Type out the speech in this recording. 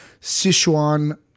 Sichuan